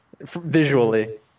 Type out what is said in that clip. visually